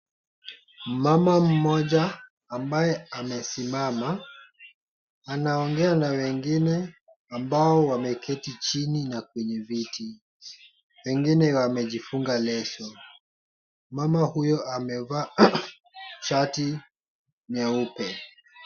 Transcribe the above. Mama mmoja ambaye amesimama anaongea na wengine ambao wameketi chini na kwenye viti, wengine wamejifunga leso. Mama huyo amevaa shati nyeupe.